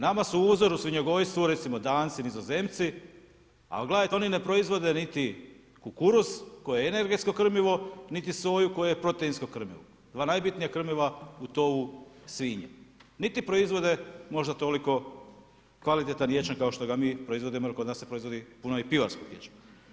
Nama su uzor u svinjogojstvu recimo Danci, Nizozemci, ali gledajte oni ne proizvode niti kukuruz koje je energetsko krmivo niti soju koja je proteinsko krmivo, dva najbitnija krmiva u tovu svinja, niti proizvode možda toliko kvalitetan ječam kao što ga mi proizvodimo jer kod nas se proizvodi puno i pivarskog ječma.